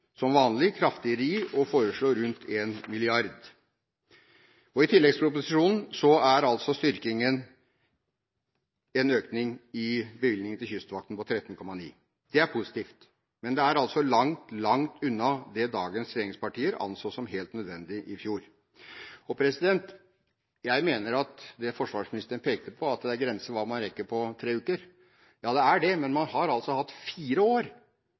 som vanlig, kraftigere i og foreslo rundt 1 mrd. kr. I tilleggsproposisjonen er styrkingen en økning i bevilgningen til Kystvakten på 13,9 mill. kr. Det er positivt, men det er altså langt, langt unna det dagens regjeringspartier anså som helt nødvendig i fjor. Forsvarsministeren pekte på at det er grenser for hva man rekker på tre uker. Ja, det er det, men man har altså hatt fire år